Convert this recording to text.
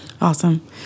Awesome